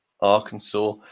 Arkansas